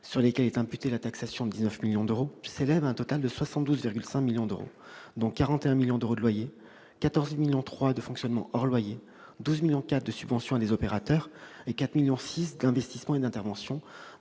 sur lesquelles est imputée la taxation de 19 millions d'euros, s'élèvent à un total de 72,5 millions d'euros, dont 41 millions d'euros de loyers, 14,3 millions d'euros de fonctionnement hors loyers, 12,4 millions d'euros de subventions à des opérateurs, 4,6 millions d'euros d'investissement et d'intervention,